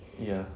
ya